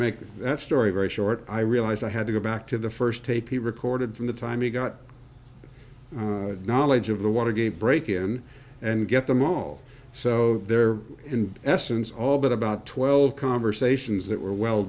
make that story very short i realized i had to go back to the first tape he recorded from the time he got knowledge of the want to get a break in and get them all so they're in essence all but about twelve conversations that were well